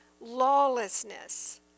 lawlessness